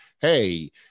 hey